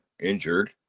injured